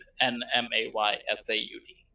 N-M-A-Y-S-A-U-D